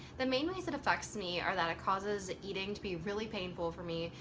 the main ways it affects me are that it causes eating to be really painful for me.